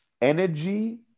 energy